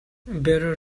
better